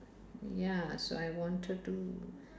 ya so I wanted to